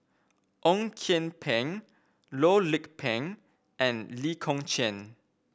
Ong Kian Peng Loh Lik Peng and Lee Kong Chian